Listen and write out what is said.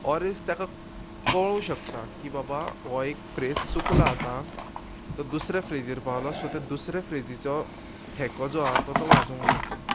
or else तेका कळूं शकता की बाबा हो एक फ्रेज चुकला आतां तो दुसऱ्या फ्रेजीर पावलो सो ते दुसऱ्या फ्रेजीचो ठेको जो आहा तो वाजोवंक शकता